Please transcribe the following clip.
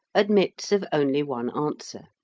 admits of only one answer.